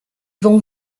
vend